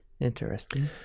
Interesting